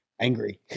Angry